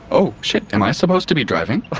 oh shit, am i supposed to be driving?